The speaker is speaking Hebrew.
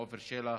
עפר שלח,